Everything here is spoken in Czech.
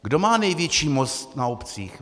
Kdo má největší moc na obcích?